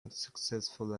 unsuccessful